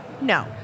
No